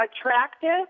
attractive